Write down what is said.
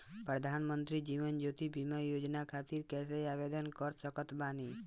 प्रधानमंत्री जीवन ज्योति बीमा योजना खातिर कैसे आवेदन कर सकत बानी?